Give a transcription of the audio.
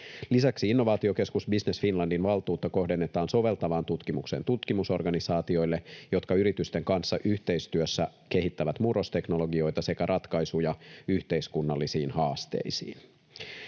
Lisäksi innovaatiokeskus Business Finlandin valtuutta kohdennetaan soveltavaan tutkimukseen tutkimusorganisaatioille, jotka yritysten kanssa yhteistyössä kehittävät murrosteknologioita sekä ratkaisuja yhteiskunnallisiin haasteisiin.